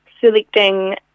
selecting